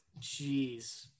Jeez